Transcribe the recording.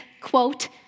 quote